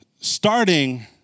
starting